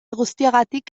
guztiagatik